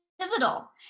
pivotal